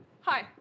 Hi